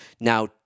Now